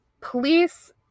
police